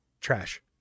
Trash